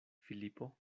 filipo